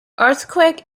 earthquake